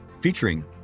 featuring